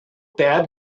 bad